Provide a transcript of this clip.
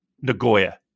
Nagoya